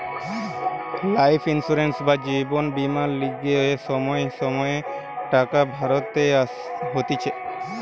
life insurance বা জীবন বীমার লিগে সময়ে সময়ে টাকা ভরতে হতিছে